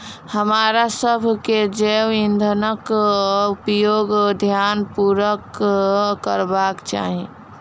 हमरासभ के जैव ईंधनक उपयोग ध्यान पूर्वक करबाक चाही